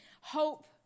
hope